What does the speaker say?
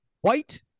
White